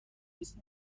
نیست